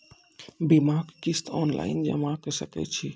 बीमाक किस्त ऑनलाइन जमा कॅ सकै छी?